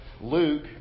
Luke